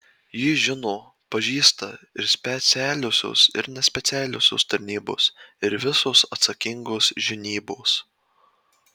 jį žino pažįsta ir specialiosios ir nespecialiosios tarnybos ir visos atsakingos žinybos